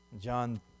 John